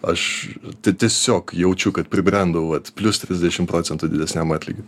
aš tiesiog jaučiu kad pribrendau vat plius trisdešimt procentų didesniam atlygiui